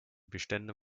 bestände